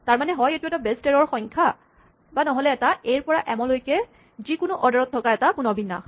তাৰমানে হয় এইটো এটা বেছ ১৩ৰ সংখ্যা বা নহ'লে এটা এ ৰ পৰা এম লৈ যিকোনো অৰ্ডাৰত থকা এটা পুণৰ বিন্যাস